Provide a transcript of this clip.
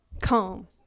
calm